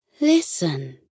Listen